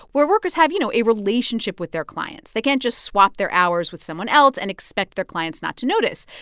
where workers have, you know, a relationship with their clients. they can't just swap their hours with someone else and expect their clients not to notice.